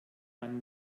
man